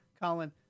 Colin